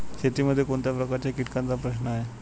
शेतीमध्ये कोणत्या प्रकारच्या कीटकांचा प्रश्न आहे?